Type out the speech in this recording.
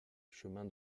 chemin